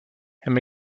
herr